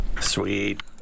Sweet